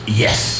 yes